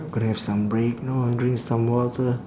got to have some break know drink some water